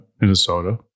Minnesota